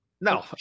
No